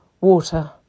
Water